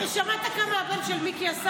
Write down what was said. שמעת כמה ימים הבן של מיקי עשה